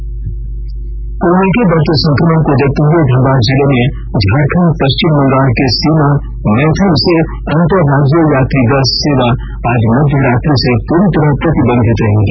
special story Dhanbad corona के बढ़ते संक्रमण को देखते हुए धनबाद जिले में झारखंड पश्चिम बंगाल की सीमा मैथन से अंतर राज्यीय यात्री बस सेवा आज मध्यरात्रि से पूरी तरह प्रतिबंधित रहेगी